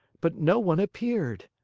but no one appeared.